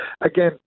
Again